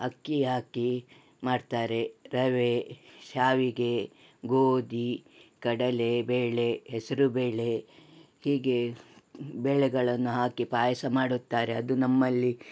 ಅಕ್ಕಿ ಹಾಕಿ ಮಾಡ್ತಾರೆ ರವೆ ಶ್ಯಾವಿಗೆ ಗೋಧಿ ಕಡಲೇಬೇಳೆ ಹೆಸರುಬೇಳೆ ಹೀಗೆ ಬೇಳೆಗಳನ್ನು ಹಾಕಿ ಪಾಯಸ ಮಾಡುತ್ತಾರೆ ಅದು ನಮ್ಮಲ್ಲಿ